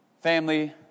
family